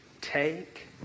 take